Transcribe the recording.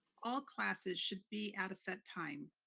all classes should be at a set time.